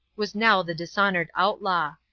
was now the dishonored outlaw.